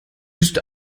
ist